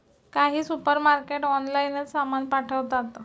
काही सुपरमार्केट ऑनलाइनच सामान पाठवतात